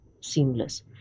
seamless